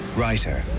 writer